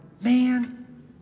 man